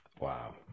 Wow